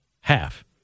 Half